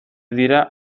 dira